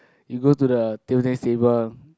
you go to the table tennis table